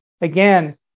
again